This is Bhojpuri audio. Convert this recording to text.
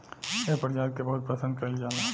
एह प्रजाति के बहुत पसंद कईल जाला